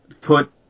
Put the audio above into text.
put